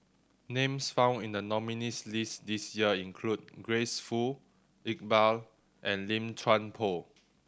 names found in the nominees' list this year include Grace Fu Iqbal and Lim Chuan Poh